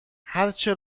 هرچه